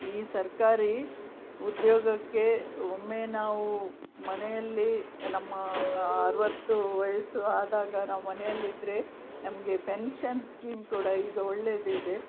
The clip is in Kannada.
ಈ ಸರ್ಕಾರಿ ಉದ್ಯೋಗಕ್ಕೆ ಒಮ್ಮೆ ನಾವು ಮನೆಯಲ್ಲಿ ನಮ್ಮ ಅರುವತ್ತು ವಯಸ್ಸು ಆದಾಗ ನಾವು ಮನೆಯಲ್ಲಿದ್ದರೆ ನಮಗೆ ಪೆನ್ಷನ್ ಸ್ಕೀಮ್ ಕೂಡ ಈಗ ಒಳ್ಳೆಯದಿದೆ